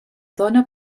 dona